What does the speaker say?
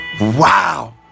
wow